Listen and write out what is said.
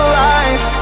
lies